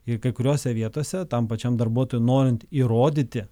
ir kai kuriose vietose tam pačiam darbuotojui norint įrodyti